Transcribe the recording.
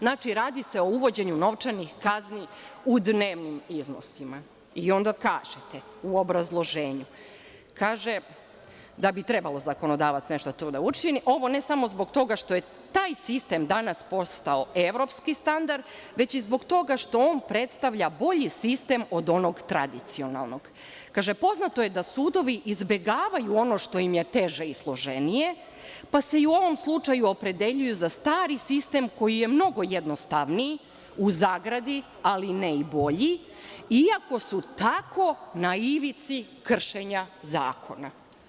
Znači, radi se o uvođenju novčanih kazni u dnevnim iznosima, onda kažete u obrazloženju da bi trebalo zakonodavac nešto tu da učini, ovo ne samo zbog toga što je taj sistem danas postao evropski standard, već i zbog toga što on predstavlja bolji sistem od onog tradicionalnog, kaže – poznato je da sudovi izbegavaju ono što im je teže i složenije, pa se i u ovom slučaju opredeljuju za stari sistem koji je mnogo jednostavniji, u zagradi, ali ne i bolji, iako su tako na ivici kršenja zakona.